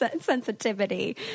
sensitivity